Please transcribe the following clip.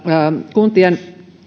kuntien